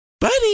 buddy